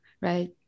right